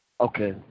Okay